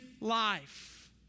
life